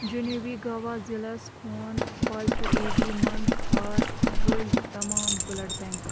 جنوٗبی گَوا ضِلعس خوٗن پازِٹِو اے بی منٛز ژھار ؤلۍ تمام بٕلڈ بٮ۪نٛک